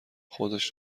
خودش